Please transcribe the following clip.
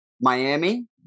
Miami